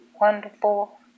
wonderful